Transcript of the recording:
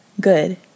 good